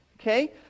Okay